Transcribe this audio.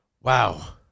Wow